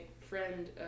friend